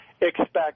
expect